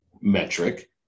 metric